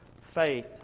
faith